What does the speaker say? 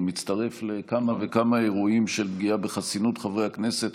הוא מצטרף לכמה וכמה אירועים של פגיעה בחסינות חברי הכנסת,